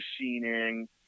machining